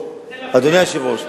אדוני היושב-ראש,